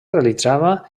realitzava